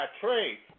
trade